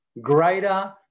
greater